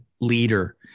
leader